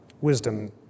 wisdom